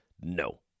No